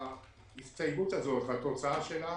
ההסתייגות הזו והתוצאה שלה